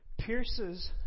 pierces